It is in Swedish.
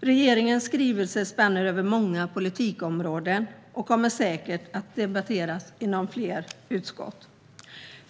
Regeringens skrivelse spänner över många politikområden och kommer säkert att debatteras inom fler utskott.